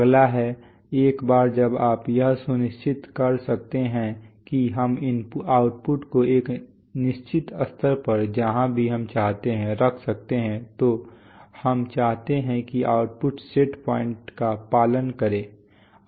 अगला है एक बार जब आप यह सुनिश्चित कर सकते हैं कि हम आउटपुट को एक निश्चित स्तर पर जहाँ भी हम चाहते हैं रख सकते हैं तो हम चाहते हैं कि आउटपुट सेट पॉइंट्स का पालन करे